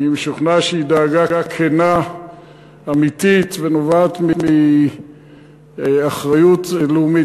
אני משוכנע שהיא דאגה כנה ואמיתית ונובעת מאחריות לאומית,